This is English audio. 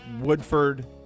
Woodford